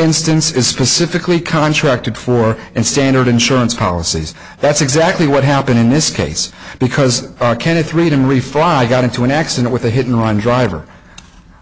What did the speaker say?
instance is specifically contracted for and standard insurance policies that's exactly what happened in this case because kenneth readonly five got into an accident with a hidden run driver